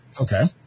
Okay